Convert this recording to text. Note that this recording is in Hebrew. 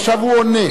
עכשיו הוא עונה.